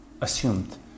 assumed